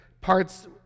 parts